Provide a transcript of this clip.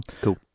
cool